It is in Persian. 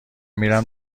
میرم